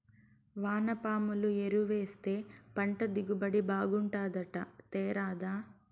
వానపాముల ఎరువేస్తే పంట దిగుబడి బాగుంటాదట తేరాదా